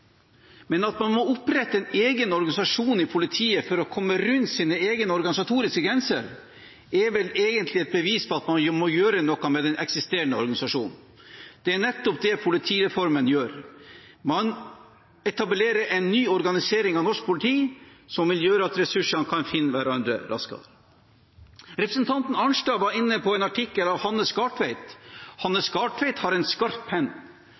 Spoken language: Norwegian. men at man må opprette en egen organisasjon i politiet for å komme rundt sine egne organisatoriske grenser, er vel egentlig et bevis på at man må gjøre noe med den eksisterende organisasjonen. Det er nettopp det politireformen gjør. Man etablerer en ny organisering av norsk politi som vil gjøre at ressursene kan finne hverandre raskere. Representanten Arnstad var inne på en artikkel av Hanne Skartveit. Hanne Skartveit har en skarp